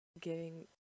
giving